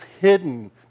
hidden